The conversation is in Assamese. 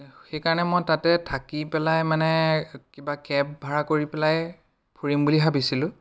সেইকাৰণে মই তাতে থাকি পেলাই মানে কিবা কেব ভাড়া কৰি পেলাই ফুৰিম বুলি ভাবিছিলোঁ